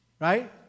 right